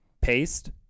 paste